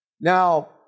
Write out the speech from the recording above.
Now